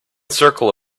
circle